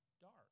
dark